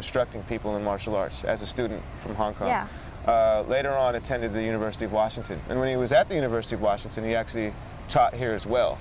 instructing people in martial arts as a student from hong kong yeah later on attended the university of washington and when he was at the university of washington he actually taught here as well